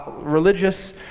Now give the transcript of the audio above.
religious